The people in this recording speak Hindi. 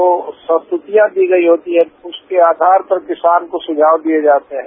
जो स्वीकृतियां दी गई होती हैं उसके आघार पर किसान को सुझाव दिए जाते है